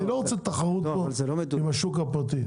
אני לא רוצה תחרות פה עם השוק הפרטי.